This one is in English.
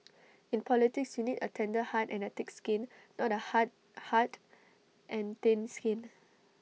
in politics you need A tender heart and A thick skin not A hard heart and thin skin